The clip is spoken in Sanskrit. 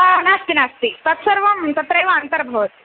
हा नास्ति नास्ति तत् सर्वं तत्रैव अन्तर्भवति